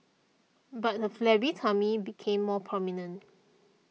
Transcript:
but her flabby tummy became more prominent